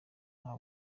nta